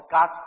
God